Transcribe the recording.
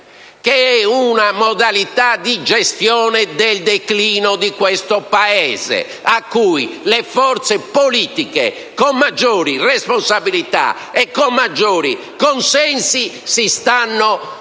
di una modalità di gestione del declino del nostro Paese, su cui le forze politiche con maggiori responsabilità e maggiori consensi si stanno